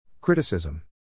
Criticism